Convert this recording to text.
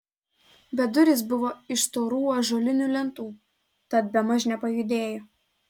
bet durys buvo iš storų ąžuolinių lentų tad bemaž nepajudėjo